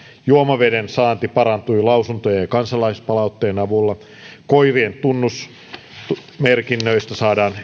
juomaveden saanti parantui lausuntojen ja kansalaispalautteen avulla koirien tunnusmerkinnöistä